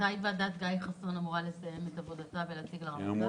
מתי ועדת חסון תסיים את עבודתה ולהציג מסקנות.